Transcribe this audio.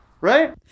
Right